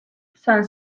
san